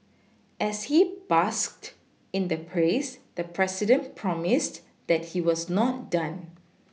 as he basked in the praise the president promised that he was not done